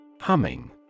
Humming